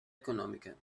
econòmica